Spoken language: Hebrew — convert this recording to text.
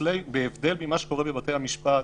בהבדל ממה שקורה בבתי המשפט,